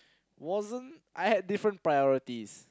wasn't I had different priorities